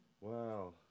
Wow